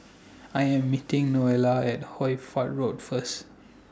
I Am meeting Novella At Hoy Fatt Road First